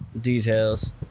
details